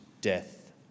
death